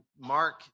Mark